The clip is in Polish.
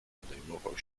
podejmował